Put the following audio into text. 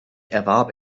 erwarb